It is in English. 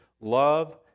love